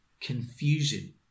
confusion